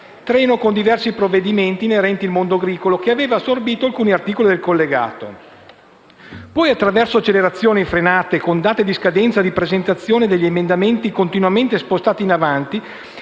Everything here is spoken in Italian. treno con diversi provvedimenti inerenti il mondo agricolo, che avrebbe assorbito alcuni articoli del collegato. Poi, attraverso accelerazioni e frenate, con date di scadenza di presentazione degli emendamenti continuamente spostate in avanti,